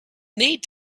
need